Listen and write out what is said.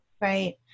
Right